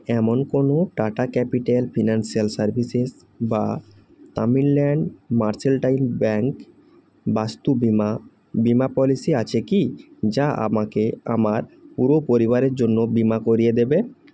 এমন কোনো Tata capital financial services বা তামিলনাদ মার্কেন্টাইল ব্যাংক বাস্তু বীমা বীমা পলিসি আছে কি যা আমাকে আমার পুরো পরিবারের জন্য বীমা করিয়ে দেবে